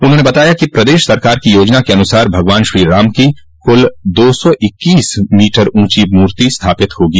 उन्होंने बताया कि प्रदेश सरकार की योजना के अनुसार भगवान श्रीराम की कुल दो सौ इक्कीस मीटर ऊंची मूर्ति स्थापित होगी